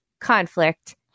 conflict